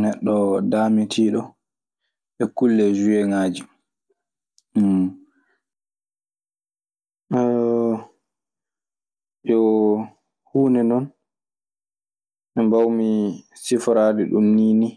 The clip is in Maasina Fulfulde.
neɗɗo daamitiiɗo e kulle sueeŋaaji. aɗa waawi wiyde du hannde hannde golleeji neɗɗo fuu e dow telefoŋ haɓɓii, eyyo.